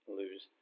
lose